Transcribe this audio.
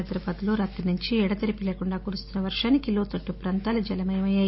హైదరాబాద్లో రాత్రి నుంచి ఎడతెరపిలేకుండా కురుస్తున్న వర్షానికి లోతట్లు ప్రాంతాలు జలమయమయ్యాయి